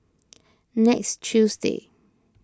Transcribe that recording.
next Tuesday